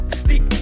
stick